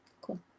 Cool